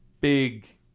big